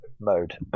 mode